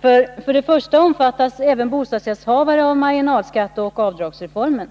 För det första omfattas även bostadsrättshavare av marginalskatteoch avdragsreformen,